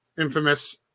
infamous